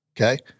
okay